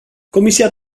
comisia